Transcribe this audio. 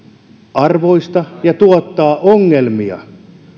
epäarvoista ja tuottaa ongelmia